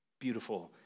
beautiful